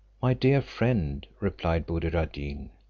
my dear friend, replied buddir ad deen,